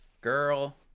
girl